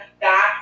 back